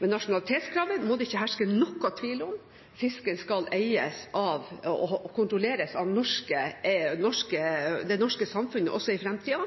Men nasjonalitetskravet må det ikke herske noen tvil om: Fisken skal eies og kontrolleres av det norske samfunnet også i fremtiden.